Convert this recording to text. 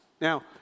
Now